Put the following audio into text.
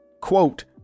Quote